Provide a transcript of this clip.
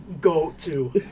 go-to